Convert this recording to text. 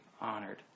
honored